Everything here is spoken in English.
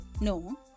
No